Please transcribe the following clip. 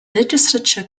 legislature